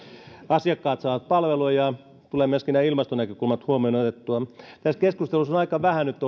asiakkaat saavat palvelua ja myöskin nämä ilmastonäkökulmat tulevat huomioon otettua tässä keskustelussa on aika vähän nyt